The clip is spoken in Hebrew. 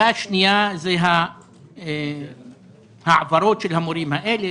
דבר נוסף הוא ההעברה של המורים האלה.